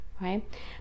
right